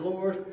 Lord